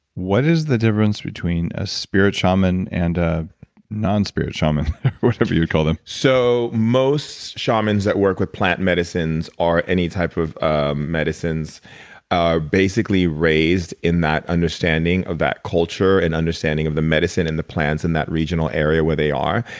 what is the difference between a spirit shaman and ah non spirit shaman whatever you call them? so most shamans that work with plan medicines are any type of ah medicines basically, raised in that understanding of that culture and understanding of the medicine and the plants in that regional area where they are.